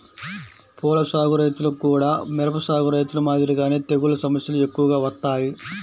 పూల సాగు రైతులకు గూడా మిరప సాగు రైతులు మాదిరిగానే తెగుల్ల సమస్యలు ఎక్కువగా వత్తాయి